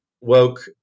woke